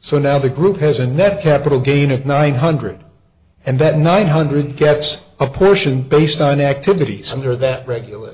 so now the group has a net capital gain of nine hundred and that nine hundred gets a portion based on activities under that regula